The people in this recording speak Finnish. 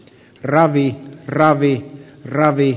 ravit ravi ravi